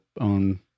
own